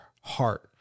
heart